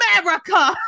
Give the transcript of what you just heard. America